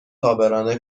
عابران